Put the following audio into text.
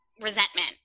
resentment